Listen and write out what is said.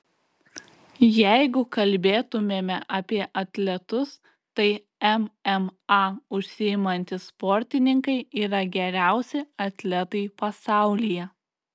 jeigu kalbėtumėme apie atletus tai mma užsiimantys sportininkai yra geriausi atletai pasaulyje